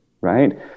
right